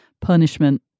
punishment